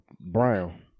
Brown